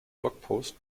blogpost